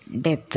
death